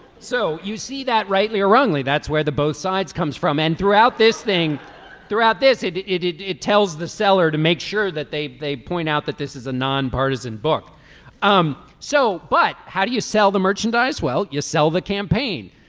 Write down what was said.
so you see that rightly or wrongly that's where the both sides comes from and throughout this thing throughout this it it tells the seller to make sure that they they point out that this is a nonpartisan book um so. but how do you sell the merchandise. well you sell the campaign.